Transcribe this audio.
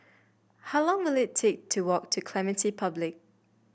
how long will it take to walk to Clementi Public